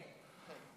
כן.